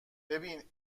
ببین